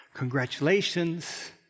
congratulations